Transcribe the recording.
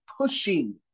pushing